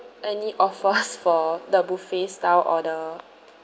any offers for the buffet style or the